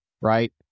right